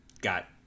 got